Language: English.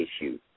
issue